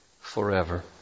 forever